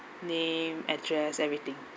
name address everything